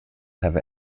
have